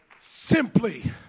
simply